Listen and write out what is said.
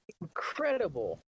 incredible